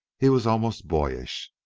he was almost boyish.